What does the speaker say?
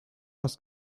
was